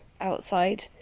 outside